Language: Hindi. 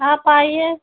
आप आइए